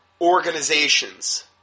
organizations